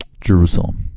Jerusalem